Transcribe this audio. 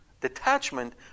Detachment